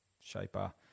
shaper